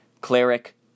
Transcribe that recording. Cleric